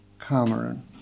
Cameron